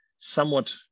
somewhat